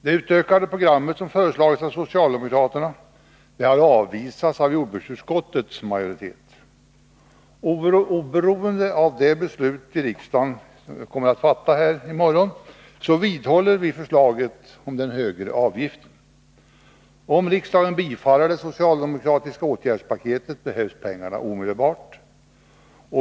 Det utökade program som föreslagits av socialdemokraterna har avvisats av jordbruksutskottets majoritet. Oberoende av det beslut som riksdagen kommer att fatta i morgon vidhåller vi förslaget om den högre avgiften. Om riksdagen bifaller det socialdemokratiska åtgärdspaketet, behövs pengarna omedelbart.